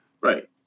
Right